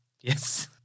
Yes